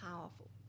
powerful